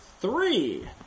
Three